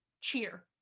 cheer